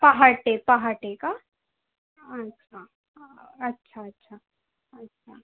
पहाटे पहाटे का अच्छा अच्छा अच्छा अच्छा